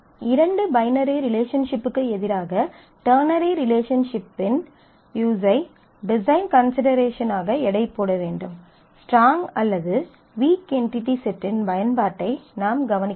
இரண்டு பைனரி ரிலேஷன்ஷிப்க்கு எதிராக டெர்னரி ரிலேஷன்ஷிப்பின் யூஸ் ஐ டிசைன் கன்சிடெரேஷனாக எடை போட வேண்டும் ஸ்ட்ராங் அல்லது வீக் என்டிடி செட்டின் பயன்பாட்டை நாம் கவனிக்க வேண்டும்